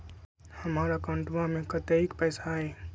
हमार अकाउंटवा में कतेइक पैसा हई?